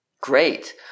Great